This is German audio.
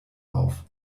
auf